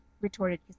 retorted